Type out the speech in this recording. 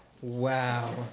Wow